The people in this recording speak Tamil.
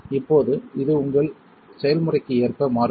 இப்போது இது உங்கள் செயல்முறைக்கு ஏற்ப மாறுபடும்